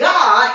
God